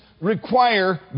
require